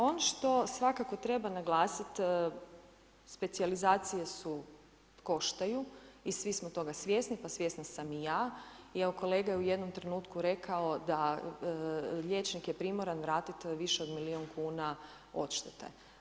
Ono što svakako treba naglasit specijalizacije su koštaju i svi smo toga svjesni, pa svjesna sam i ja, jel kolega je u jednom trenutku rekao da liječnik je primoran vratiti više od milion kuna odštete.